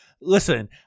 Listen